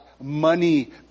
money